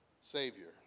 Savior